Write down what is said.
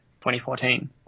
2014